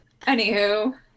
Anywho